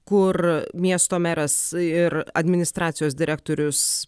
kur miesto meras ir administracijos direktorius